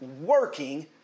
working